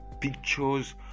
pictures